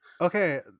Okay